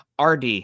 Rd